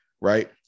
right